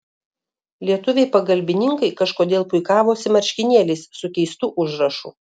lietuviai pagalbininkai kažkodėl puikavosi marškinėliais su keistu užrašu